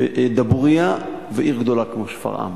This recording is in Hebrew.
דבורייה ועיר גדולה כמו שפרעם.